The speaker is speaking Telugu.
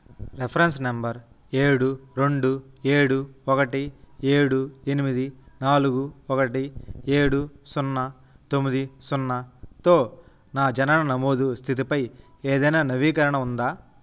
రెఫ్రెన్స్ నంబర్ ఏడు రెండు ఏడు ఒకటి ఏడు ఎనిమిది నాలుగు ఒకటి ఏడు సున్నా తొమ్మిది సున్నాతో నా జనన నమోదు స్థితిపై ఏదైనా నవీకరణ ఉందా